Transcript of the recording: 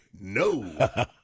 No